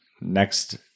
next